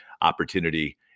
opportunity